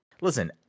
Listen